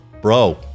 Bro